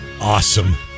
Awesome